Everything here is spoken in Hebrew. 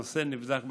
הנושא נבדק בשטח.